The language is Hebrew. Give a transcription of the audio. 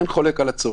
ואין חולק על הצורך.